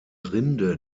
rinde